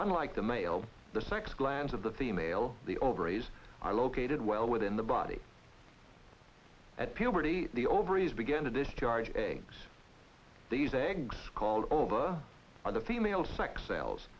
unlike the male the sex glands of the female the ovaries i located well within the body at puberty the ovaries begin to discharge eggs these eggs called over are the female sex cells